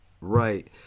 right